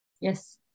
Yes